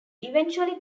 eventually